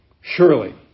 Surely